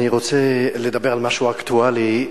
אני רוצה לדבר על משהו אקטואלי.